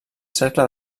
cercle